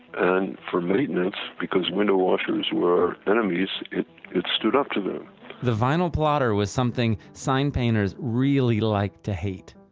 and for maintenance, because when the washers were enemies, it it stood up to them the vinyl plotter was something sign painters really like to hate,